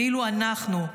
ואילו אנחנו,